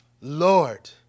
Lord